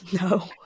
No